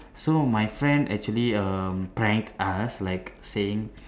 so my friend actually um pranked us like saying